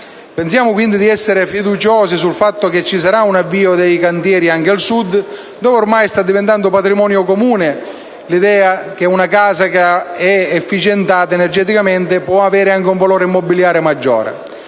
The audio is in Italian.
Pensiamo pertanto di essere fiduciosi sul fatto che ci sarà un avvio dei cantieri anche al Sud, dove ormai sta diventando patrimonio comune l'idea che una casa che è efficientata energeticamente può avere anche un valore immobiliare maggiore.